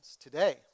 today